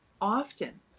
often